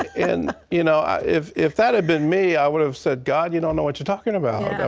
and you know ah if if that had been me, i would have said, god, you don't know what your talking about.